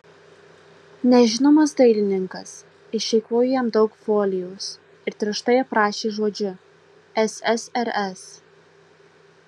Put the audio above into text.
nežinomas dailininkas išeikvojo jam daug folijos ir tirštai aprašė žodžiu ssrs